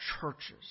churches